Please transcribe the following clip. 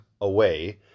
away